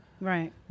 Right